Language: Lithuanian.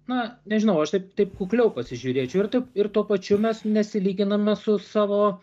na nežinau aš taip taip kukliau pasižiūrėčiau ir taip ir tuo pačiu mes nesilyginame su savo